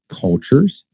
cultures